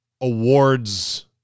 awards